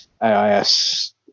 AIS